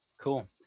cool